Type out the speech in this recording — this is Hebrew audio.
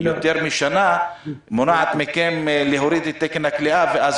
יותר משנה מונעת מכם להוריד את תקן הכליאה ואז